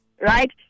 right